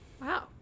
Wow